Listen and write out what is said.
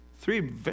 Three